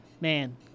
Man